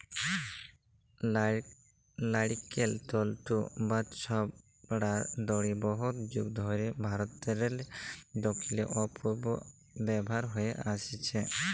লাইড়কেল তল্তু বা ছবড়ার দড়ি বহুত যুগ ধইরে ভারতেরলে দখ্খিল অ পূবে ব্যাভার হঁয়ে আইসছে